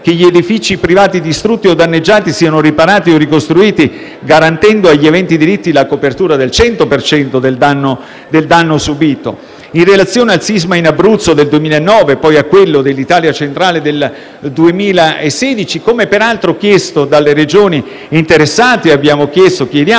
che gli edifici privati distrutti o danneggiati siano riparati o ricostruiti garantendo agli aventi diritto la copertura del 100 per cento del danno subito. In relazione al sisma in Abruzzo del 2009 e a quello dell'Italia centrale del 2016, come peraltro chiesto anche dalle Regioni interessate, chiediamo: